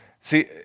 See